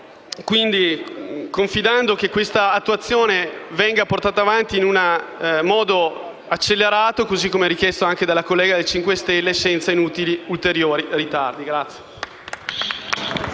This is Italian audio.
confidando che questa attuazione venga portata avanti in un modo accelerato, così come richiesto anche dalla collega del Movimento 5 Stelle, senza inutili, ulteriori ritardi.